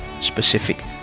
specific